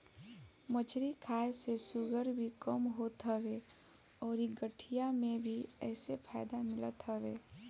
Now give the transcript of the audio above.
मछरी खाए से शुगर भी कम होत हवे अउरी गठिया रोग में भी एसे फायदा मिलत हवे